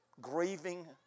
grieving